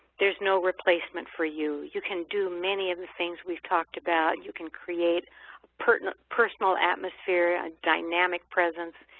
there's no replacement for you. you can do many of the things we've talked about. you can create personal personal atmosphere, dynamic presence,